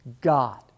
God